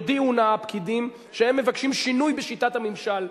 יודיעו נא הפקידים שהם מבקשים שינוי בשיטת הממשל.